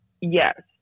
yes